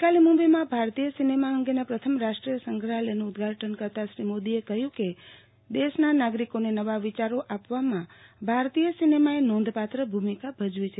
ગઇકાલે મુંબઇમાં ભારતીય સિનેમા અંગેના પ્રથમ રાષ્ટ્રીય સંગ્રહાલયનું ઉદ્દઘાટન કરતા શ્રી મોદીએ કહ્યું કે દેશના નાગરિકોને નવા વિચારો આપવામાં ભારતીય સિનેમાએ નોંધપાત્ર ભૂમિકા ભજવી છે